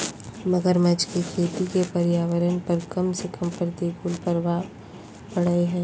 मगरमच्छ के खेती के पर्यावरण पर कम से कम प्रतिकूल प्रभाव पड़य हइ